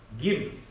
Give